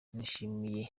nishimiye